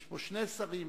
יש פה שני שרים: